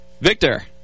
Victor